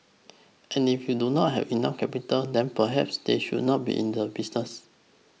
and if they do not have enough capital then perhaps they should not be in the business